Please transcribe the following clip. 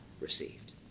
received